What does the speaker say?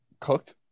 cooked